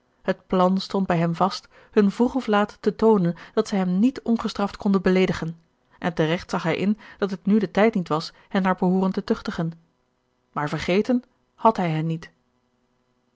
het plan stond bij hem vast hun vroeg of laat te toonen dat zij hem niet ongestraft konden beleedigen en teregt zag hij in dat het nu de tijd niet was hen naar behooren te tuchtigen maar vergeten had hij hen niet